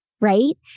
right